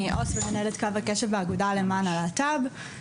אני עו"ס ומנהלת קו הקשב באגודה למען הלהט"ב.